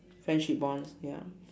friendship bonds ya